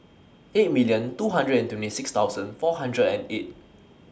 eight million two hundred and twenty six thousand four hundred and eight